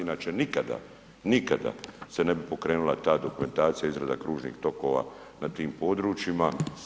Inače nikada, nikada se ne bi pokrenula ta dokumentacija, izrada kružnih tokova na tim područjima.